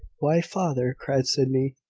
why, father! cried sydney,